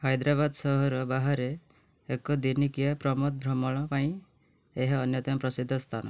ହାଇଦ୍ରାବାଦ ସହର ବାହାରେ ଏକ ଦିନିକିଆ ପ୍ରମୋଦ ଭ୍ରମଣ ପାଇଁ ଏହା ଅନ୍ୟତମ ପ୍ରସିଦ୍ଧ ସ୍ଥାନ